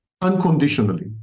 unconditionally